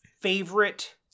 favorite